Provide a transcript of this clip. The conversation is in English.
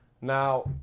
Now